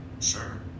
Sure